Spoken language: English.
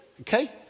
Okay